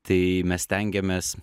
tai mes stengiamės